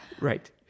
Right